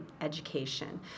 education